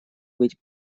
быть